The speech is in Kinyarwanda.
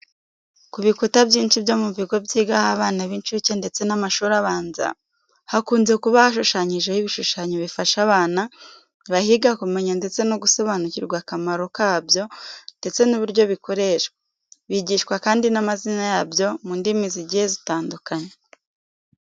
Ku bikuta byinshi byo mu bigo byigaho abana b'inshuke ndetse n'amashuri abanza, hakunze kuba hashushanyijeho ibishushanyo bifasha abana bahiga kumenya ndetse no gusobanukirwa akamaro kabyo ndetse n'uburyo bikoreshwa. Bigishwa kandi n'amazina yabyo mu ndimi zigiye zitandukanye.